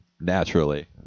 naturally